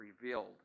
revealed